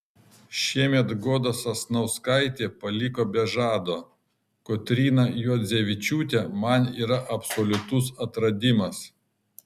šiemet goda sasnauskaitė paliko be žado kotryna juodzevičiūtė man yra absoliutus atradimas